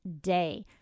day